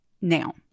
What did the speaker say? now